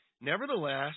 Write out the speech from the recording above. Nevertheless